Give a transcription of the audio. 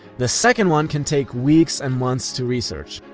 the second one can take weeks and months to research,